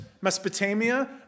Mesopotamia